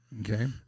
Okay